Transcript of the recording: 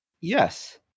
Yes